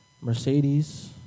Mercedes